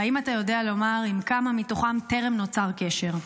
והאם אתה יודע לומר עם כמה מתוכם טרם נוצר קשר?